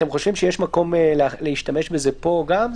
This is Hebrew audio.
אתם חושבים שיש מקום להשתמש בזה פה גם?